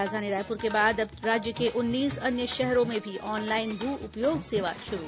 राजधानी रायपुर के बाद अब राज्य के उन्नीस अन्य शहरों में भी ऑनलाइन भू उपयोग सेवा शुरू